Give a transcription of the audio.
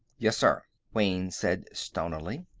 yes, sir, wayne said stonily.